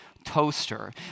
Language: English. Toaster